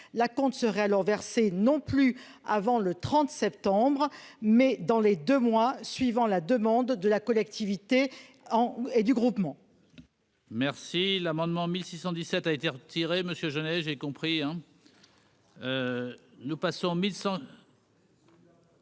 L'acompte serait alors versé non plus avant le 30 septembre, mais dans les deux mois suivant la demande de la collectivité ou du groupement.